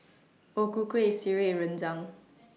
O Ku Kueh Sireh and Rendang